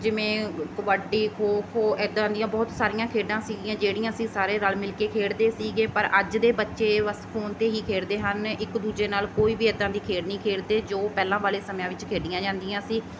ਜਿਵੇਂ ਕਬੱਡੀ ਖੋ ਖੋ ਇੱਦਾਂ ਦੀਆਂ ਬਹੁਤ ਸਾਰੀਆਂ ਖੇਡਾਂ ਸੀਗੀਆਂ ਜਿਹੜੀਆਂ ਅਸੀਂ ਸਾਰੇ ਰਲ ਮਿਲ ਕੇ ਖੇਡਦੇ ਸੀਗੇ ਪਰ ਅੱਜ ਦੇ ਬੱਚੇ ਬਸ ਫੋਨ 'ਤੇ ਹੀ ਖੇਡਦੇ ਹਨ ਇੱਕ ਦੂਜੇ ਨਾਲ ਕੋਈ ਵੀ ਇੱਦਾਂ ਦੀ ਖੇਡ ਨਹੀਂ ਖੇਡਦੇ ਜੋ ਪਹਿਲਾਂ ਵਾਲੇ ਸਮਿਆਂ ਵਿੱਚ ਖੇਡੀਆਂ ਜਾਂਦੀਆਂ ਸੀ